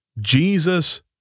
Jesus